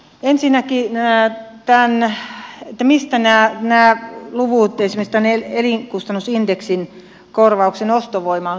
ensinnäkin tämä mistä nämä luvut esimerkiksi tänne elinkustannusindeksin mukaiseen korvauksen ostovoimaan ovat tulleet